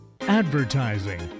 Advertising